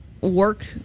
work